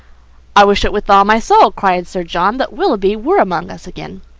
i wish with all my soul, cried sir john, that willoughby were among us again.